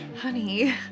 Honey